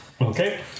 Okay